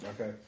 Okay